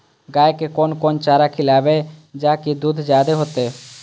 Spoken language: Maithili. गाय के कोन कोन चारा खिलाबे जा की दूध जादे होते?